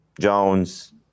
Jones